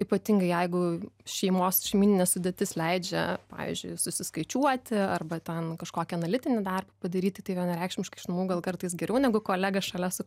ypatingai jeigu šeimos šeimyninė sudėtis leidžia pavyzdžiui susiskaičiuoti arba ten kažkokį analitinį darbą padaryti tai vienareikšmiškai iš namų gal kartais geriau negu kolega šalia su